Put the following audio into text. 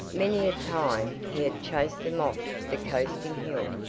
many a time he had chased them off the coasting hill,